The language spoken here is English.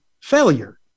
failure